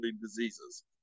diseases